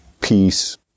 peace